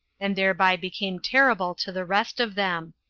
and thereby became terrible to the rest of them.